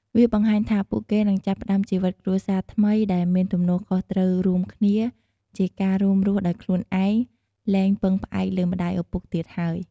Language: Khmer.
វាបង្ហាញថាពួកគេនឹង ចាប់ផ្តើមជីវិតគ្រួសារថ្មីដែលមានទំនួលខុសត្រូវរួមគ្នា ជាការរួមរស់ដោយខ្លួនឯង លែងពឹងផ្អែកលើម្ដាយឪពុកទៀតហើយ។